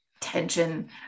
tension